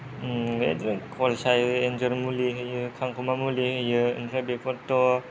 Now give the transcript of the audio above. बेबादिनो खल सायो एन्जर मुलि होयो खांखमा मुलि होयो ओमफ्राय बेफोरथ'